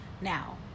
Now